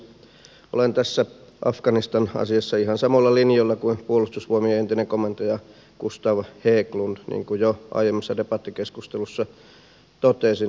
olen tässä afganistan asiassa ihan samoilla linjoilla kuin puolustusvoimien entinen komentaja gustav hägglund niin kuin jo aiemmassa debattikeskustelussa totesin